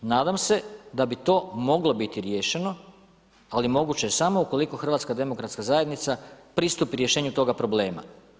Nadam se da bi to moglo biti riješeno, ali moguće je samo ukoliko HDZ pristupi rješenju toga problema.